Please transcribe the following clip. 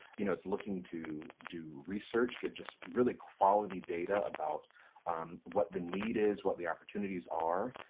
you know, it's looking to do research. get just really quality data about what the need is, what the opportunities are,